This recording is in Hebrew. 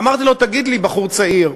אמרתי לו: תגיד לי, בחור צעיר,